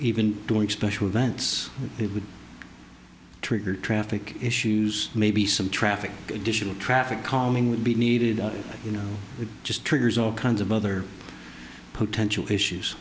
even during special events it would trigger traffic issues maybe some traffic additional traffic calming would be needed you know it just triggers all kinds of other potential issues